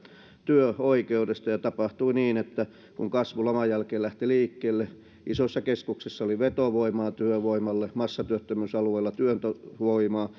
työoikeudesta ja tapahtui niin että kun kasvu laman jälkeen lähti liikkeelle isoissa keskuksissa oli vetovoimaa työvoimalle massatyöttömyysalueilla työntövoimaa